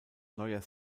neuer